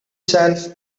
shelf